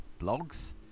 blogs